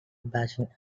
bashing